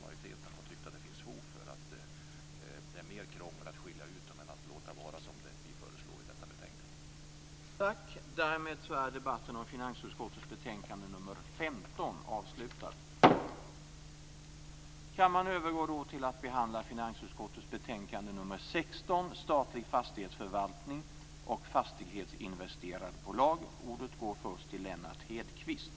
Det är ändå en bedömning som gjorts av regeringen och utskottsmajoriteten. De har tyckt att det är mer krångel med skilja ut dem än att låta det vara så som föreslås i detta betänkande.